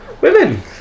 Women